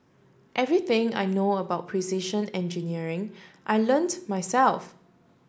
everything I know about precision engineering I learnt myself